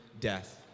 death